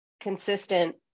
consistent